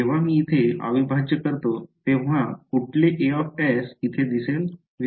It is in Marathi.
तर जेव्हा मी येथे अविभाज्य करतो तेव्हा कुठले as इथे दिसेल